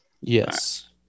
Yes